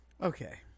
okay